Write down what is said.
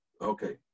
Okay